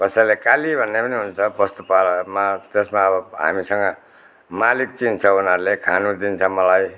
कसैलाई काली भन्ने पनि हुन्छ बस्तु पालनमा त्यसमा अब हामीसँग मालिक चिन्छ उनीहरूले खानु दिन्छ मलाई